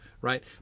right